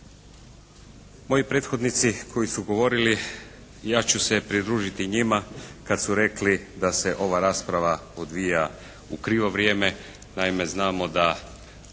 Moji prethodnici koji su govorili, ja ću se pridružiti njima kad su rekli da se ova rasprava odvija u krivo vrijeme. Naime znamo da